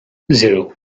zero